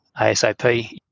ASAP